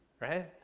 Right